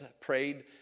prayed